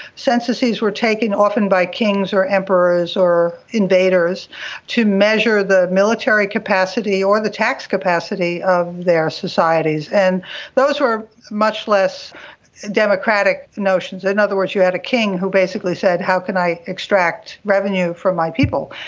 censuses were taken often by kings or emperors or invaders to measure the military capacity or the tax capacity of their societies. and those were much less democratic notions. in other words, you had a king who basically said how can i extract revenue from my people,